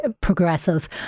progressive